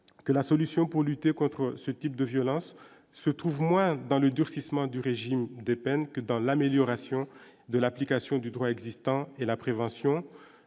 que la solution pour lutter contre ce type de violence se trouve moins dans le durcissement du régime des peines que dans l'amélioration de l'application du droit existant et la prévention